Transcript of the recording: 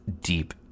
deep